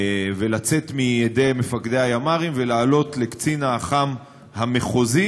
לצאת מידי מפקדי הימ"רים ולעלות לקצין האח"מ המחוזי,